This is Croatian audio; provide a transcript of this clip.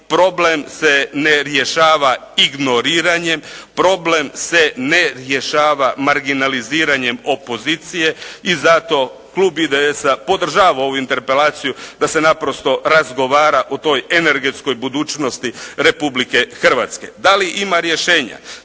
problem se ne rješava ignoriranjem, problem se ne rješava marginaliziranjem opozicije i zato klub IDS-a podržava ovu interpelaciju da se naprosto razgovara o toj energetskoj budućnosti Republike Hrvatske. Da li ima rješenja?